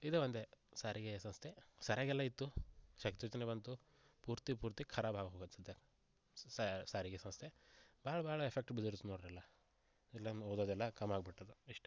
ಇದು ಒಂದೇ ಸಾರಿಗೆ ಸಂಸ್ಥೆ ಸಾರಿಗ್ಯಲ್ಲ ಇತ್ತು ಶಕ್ತಿ ಯೋಜನೆ ಬಂತು ಪೂರ್ತಿ ಪೂರ್ತಿ ಖರಾಬ್ ಆಗಿ ಹೋಗಾದ ಸಂತೆ ಸಾರಿಗೆ ಸಂಸ್ಥೆ ಭಾಳ್ ಭಾಳ್ ಎಫೆಕ್ಟ್ ಬಿದ್ದರ್ತೆ ನೋಡ್ರಲ ಎಲ್ಲ ಓದೋದೆಲ್ಲ ಕಮ್ ಆಗಿಬಿಟ್ಟದ ಇಷ್ಟೇ